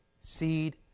seed